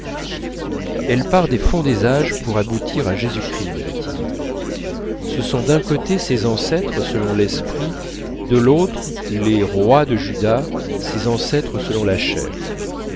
elle part des fonds des âges pour aboutir à jésus-christ me dit-il ce sont d'un côté ses ancêtres selon l'esprit de l'autre les rois de juda ses ancêtres selon la chair